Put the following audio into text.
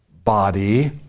Body